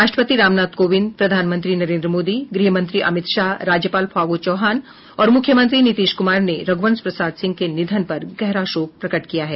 राष्ट्रपति रामनाथ कोविंद प्रधानमंत्री नरेन्द्र मोदी गृह मंत्री अमित शाह राज्यपाल फागू चौहान और मुख्यमंत्री नीतीश कुमार ने रघ्रवंश प्रसाद सिंह के निधन पर गहरा शोक प्रकट किया है